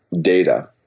data